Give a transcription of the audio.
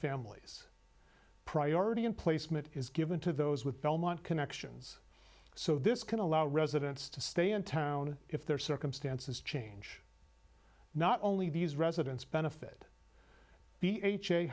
families priority in placement is given to those with belmont connections so this can allow residents to stay in town if their circumstances change not only these residents benefit